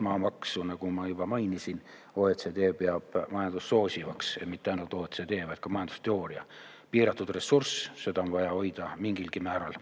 Maamaksu, nagu ma juba mainisin, OECD peab majandust soosivaks, ja mitte ainult OECD, vaid ka majandusteooria. See on piiratud ressurss, seda on vaja hoida mingilgi määral